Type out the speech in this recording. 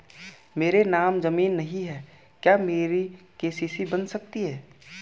मेरे नाम ज़मीन नहीं है क्या मेरी के.सी.सी बन सकती है?